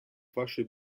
fasce